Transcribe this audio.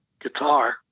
guitar